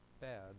bad